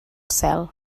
cel